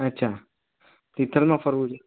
અચ્છા તીથલમાં ફરવું છે